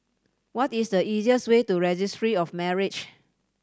what is the easiest way to Registry of Marriage